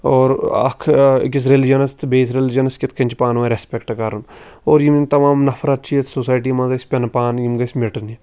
اور اَکھ أکِس رٮ۪لِجَنَس تہٕ بیٚیس رٮ۪لِجَنَس کِتھ کَنۍ چھِ پانہٕ ؤنۍ رٮ۪سپٮ۪کٹ کرُن اور یِم یِم تَمام نفرت چھِ یَتھ سوسایٹی منٛز اَسہِ پیٚنہٕ پانہٕ یِم گَژھِ مِٹنہِ